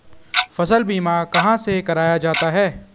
फसल बीमा कहाँ से कराया जाता है?